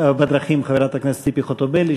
חברת הכנסת ציפי חוטובלי,